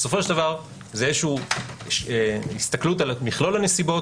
בסופו של דבר זאת הסתכלות על מכלול הנסיבות